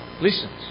listens